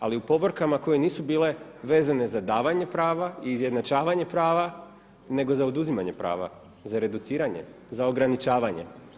Ali u povorkama koje nisu bile vezane za davanje prava i izjednačavanje prava, nego za oduzimanje prava, za reduciranje, za ograničavanje.